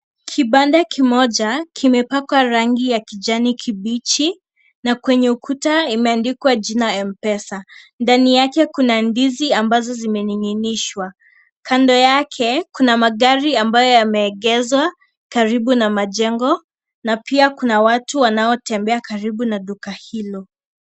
Kibanda kimoja kimepakwa rangi ya kijani kibichi na kwenye ukuta kimeandikwa jina Mpesa . Ndani yake kuna ndizi ambazo zimening'inishwa . Kando yake kuna magari ambayo yameegezwa karibu na majengo na pia ,kuna watu wanaotembea karibu na duka hilo.